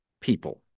people